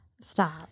Stop